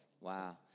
Wow